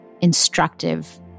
instructive